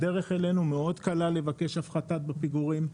הדרך אלינו מאוד קלה לבקש הפחתה בפיגורים.